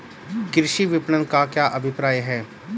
कृषि विपणन का क्या अभिप्राय है?